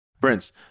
Prince